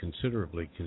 considerably